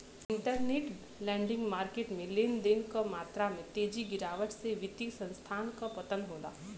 interbank lending market में लेन देन क मात्रा में तेज गिरावट से वित्तीय संस्थान क पतन होला